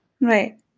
Right